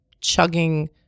chugging